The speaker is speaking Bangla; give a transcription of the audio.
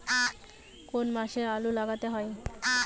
কোন মাসে আলু লাগানো হয়?